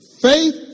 Faith